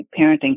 parenting